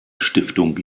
stiftung